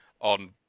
on